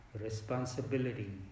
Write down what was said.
responsibility